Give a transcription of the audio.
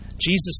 Jesus